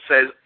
says